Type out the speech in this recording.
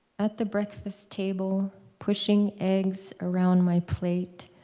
at the breakfast table, pushing eggs around my plate,